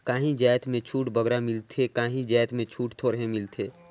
काहीं जाएत में छूट बगरा मिलथे काहीं जाएत में छूट थोरहें मिलथे